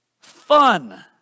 fun